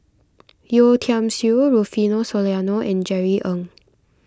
Yeo Tiam Siew Rufino Soliano and Jerry Ng